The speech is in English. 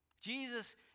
Jesus